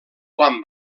quan